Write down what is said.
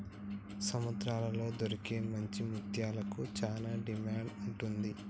సముద్రాల్లో దొరికే మంచి ముత్యాలకు చానా డిమాండ్ ఉంటది